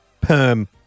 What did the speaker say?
Perm